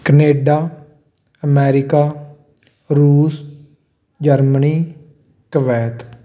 Canada America Russia Germany Kuwait